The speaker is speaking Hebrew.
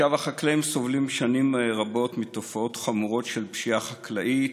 החקלאים סובלים שנים רבות מתופעות חמורות של פשיעה חקלאית,